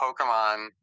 Pokemon